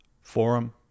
Forum